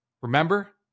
Remember